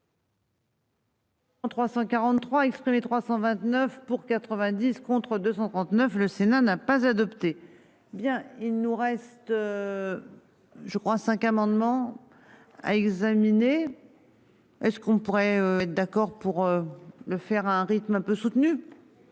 343, 329 pour 90 contre 239, le Sénat n'a pas adopté bien il nous reste. Je crois cinq amendements. À examiner. Est ce qu'on pourrait être d'accord pour. Le faire à un rythme un peu soutenu.